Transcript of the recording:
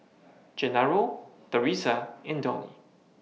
Genaro Theresa and Donie